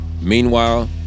Meanwhile